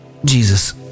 Jesus